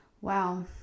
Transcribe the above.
wow